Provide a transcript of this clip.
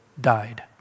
died